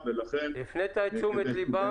לא לפרסם אותה?